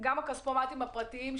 גם הכספומטים הפרטיים,